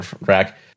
rack